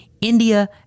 India